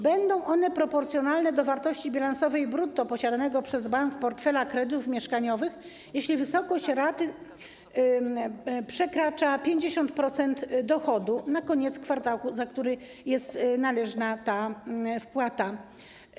Będą one proporcjonalne do wartości bilansowej brutto posiadanego przez bank portfela kredytów mieszkaniowych, jeśli wysokość raty przekracza 50% dochodu na koniec kwartału, za który jest należna wpłata.